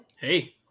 hey